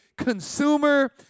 consumer